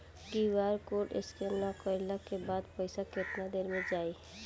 QR code scan न करे क बाद पइसा केतना देर म जाई?